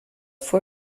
vor